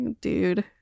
Dude